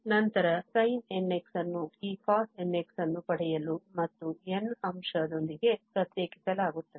ನಂತರ sin nx ಅನ್ನು ಈ cosnx ಅನ್ನು ಪಡೆಯಲು ಮತ್ತು n ಅಂಶ ದೊಂದಿಗೆ ಪ್ರತ್ಯೇಕಿಸಲಾಗುತ್ತದೆ